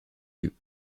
yeux